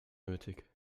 nötig